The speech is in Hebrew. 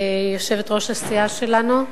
יושבת-ראש הסיעה שלנו.